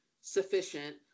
sufficient